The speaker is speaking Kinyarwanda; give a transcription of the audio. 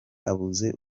abuze